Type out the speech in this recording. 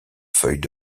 feuilles